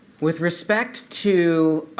with respect to